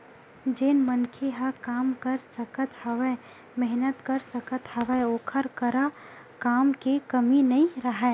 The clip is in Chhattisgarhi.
जेन मनखे ह काम कर सकत हवय, मेहनत कर सकत हवय ओखर करा काम के कमी नइ राहय